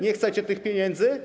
Nie chcecie tych pieniędzy?